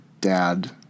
dad